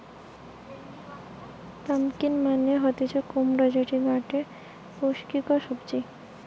pumpkin মানে হতিছে কুমড়ো যেটি গটে পুষ্টিকর সবজি